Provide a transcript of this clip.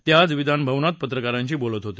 ते आज विधान भवनात पत्रकारांशी बोलत होते